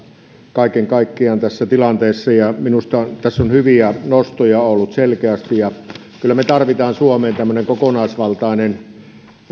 kaiken kaikkiaan tässä tilanteessa minusta tässä on hyviä nostoja ollut selkeästi kyllä me tarvitsemme suomeen tämmöisen kokonaisvaltaisen